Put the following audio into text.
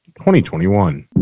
2021